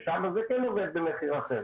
ושם זה כן עובד במחיר אחר.